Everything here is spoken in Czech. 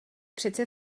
přece